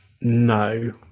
no